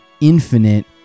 infinite